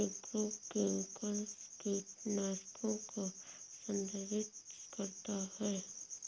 agrochemicals कीटनाशकों को संदर्भित करता है